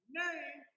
name